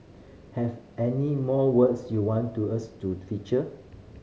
have any more words you want to us to feature